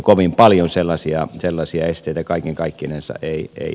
kovin paljon sellaisia esteitä kaikkinensa ei ole